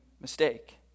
mistake